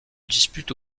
dispute